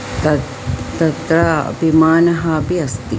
तद् तत्र अपिमानः अपि अस्ति